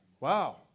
Wow